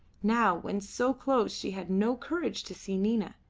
now when so close she had no courage to see nina.